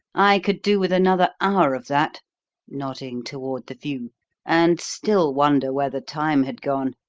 i could do with another hour of that nodding toward the view and still wonder where the time had gone.